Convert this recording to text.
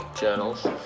journals